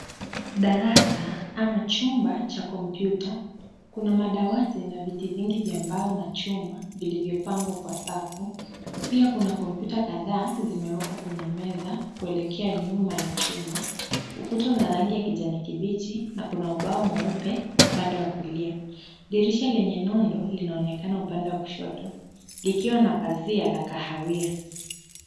Darasa ama chumba cha kompyuta, Kuna madawati na viti vingi vya mbao na chuma vilivyopangwa kwa safu, pia kuna kompyuta kadhaa zimewekwa kwenye meza kuelekea nyuma ya chumba, ukuta za rangi ya kijani kibichi na kuna umbao mweupe upande wa kulia, dirisha lenye nondo linaonekana upande wa kushoto, likiwa na pazia la kahawia.